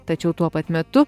tačiau tuo pat metu